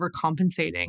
overcompensating